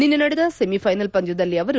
ನಿನ್ನೆ ನಡೆದ ಸೆಮಿಫೈನಲ್ ಪಂದ್ಯದಲ್ಲಿ ಅವರು